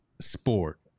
sport